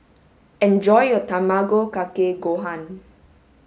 enjoy your Tamago Kake Gohan